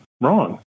wrong